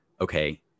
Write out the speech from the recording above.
okay